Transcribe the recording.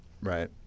Right